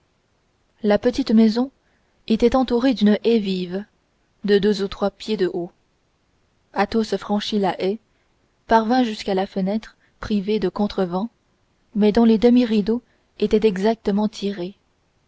la petite maison était entourée d'une haie vive de deux ou trois pieds de haut athos franchit la haie parvint jusqu'à la fenêtre privée de contrevents mais dont les demi rideaux étaient exactement tirés